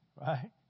right